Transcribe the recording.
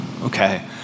okay